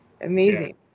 amazing